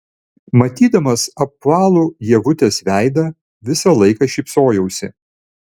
matydamas apvalų ievutės veidą visą laiką šypsojausi